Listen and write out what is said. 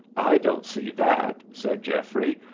i don't see that, said geoffrey.